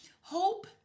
Hope